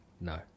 No